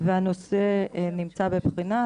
הנושא נמצא בבחינה,